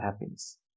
happiness